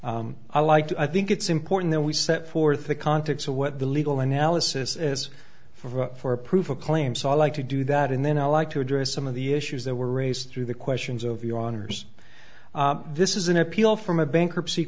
do i like to i think it's important that we set forth the context of what the legal analysis as for for proof a claim so i like to do that and then i'd like to address some of the issues that were raised through the questions of your honor's this is an appeal from a bankruptcy